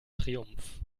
triumph